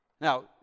Now